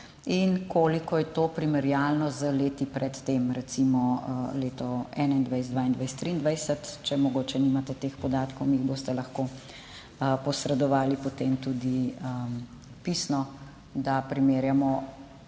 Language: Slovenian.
Koliko je to primerjalno z leti pred tem, recimo leti 2021, 2022, 2023? Če mogoče nimate teh podatkov, mi jih boste lahko posredovali potem tudi pisno, da primerjamo,